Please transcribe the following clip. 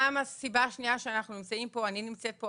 גם הסיבה השנייה שאנחנו נמצאים פה אני נמצאת פה,